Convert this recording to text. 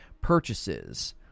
purchases